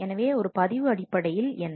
எனவே பதிவு அடிப்படையில் என்ன